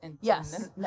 yes